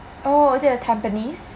oh is it at Tampines